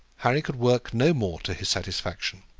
harry could work no more to his satisfaction.